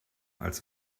als